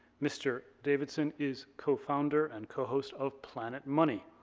mr. davidson is co-founder and co-host of planet money,